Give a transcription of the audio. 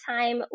time